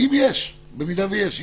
אם יש, במידה שיש.